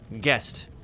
guest